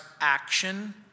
action